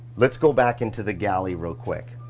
let's go back into the galley real quick.